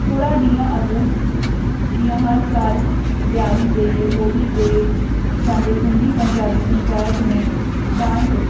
थोरा ॾींहं अॻु जीअं हर साल ॾियारी ते होली ते असांजो सिंधी पंजाबी पंचायत में डा